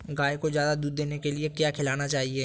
गाय को ज्यादा दूध देने के लिए क्या खिलाना चाहिए?